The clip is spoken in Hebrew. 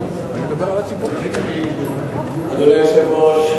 אדוני היושב-ראש,